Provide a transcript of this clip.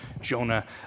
Jonah